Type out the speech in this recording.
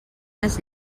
més